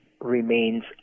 remains